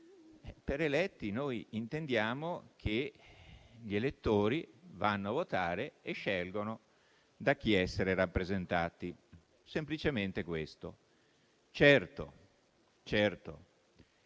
rispondo che intendiamo che gli elettori vanno a votare e scelgono da chi essere rappresentati: semplicemente questo. Certo, oggi